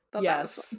yes